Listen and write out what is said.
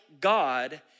God